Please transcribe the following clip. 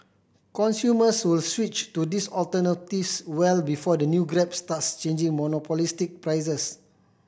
consumers will switch to these alternatives well before the new Grab starts changing monopolistic prices